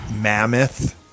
Mammoth